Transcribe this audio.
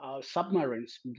submarines